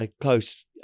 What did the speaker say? close